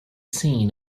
seen